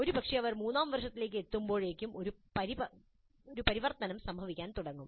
ഒരുപക്ഷേ അവർ മൂന്നാം വർഷത്തിലേക്ക് എത്തുമ്പോഴേക്കും ഒരു പരിവർത്തനം സംഭവിക്കാൻ തുടങ്ങും